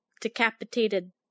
decapitated